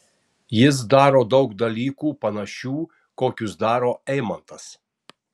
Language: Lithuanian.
jis daro daug dalykų panašių kokius daro eimantas